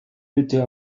bitte